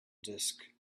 disk